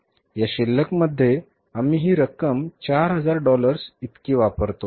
तर या शिल्लकमध्ये आम्ही ही रक्कम 4000 डॉलर्स इतकी वापरतो